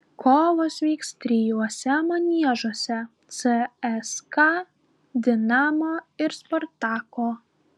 kovos vyks trijuose maniežuose cska dinamo ir spartako